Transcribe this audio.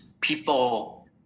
people